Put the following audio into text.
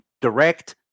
direct